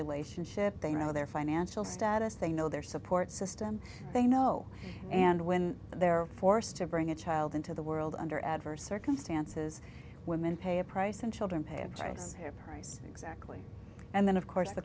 relationship they know their financial status they know their support system they know and when they're forced to bring a child into the world under adverse circumstances women pay a price and children pay a price their price exactly and then of course the